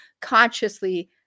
consciously